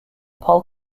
paul